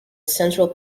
central